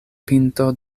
pinto